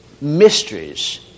mysteries